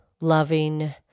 loving